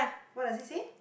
what does it say